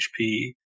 HP